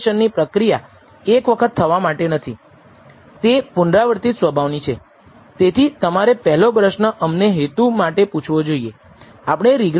Sxx એ બધા નમૂનાઓ પર સરવાળો સમગ્ર વર્ગમાં x અથવા x x ના વિવિધતાને રજૂ કરે છે